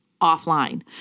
offline